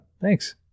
Thanks